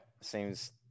seems